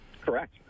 correct